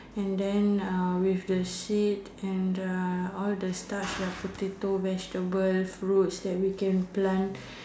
and then uh with the seed and uh all the starch the potato vegetable fruits that we can plant